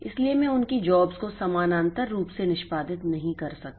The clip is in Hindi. इसलिए मैं उनकी जॉब्स को समानांतर रूप से निष्पादित नहीं कर सकता